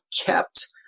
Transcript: kept